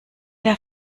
der